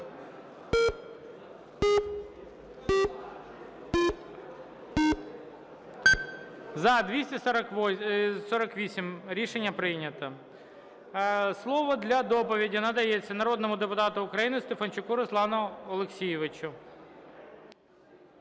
За-248 Рішення прийнято. Слово для доповіді надається народному депутату України Стефанчуку Руслану Олексійовичу.